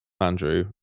Andrew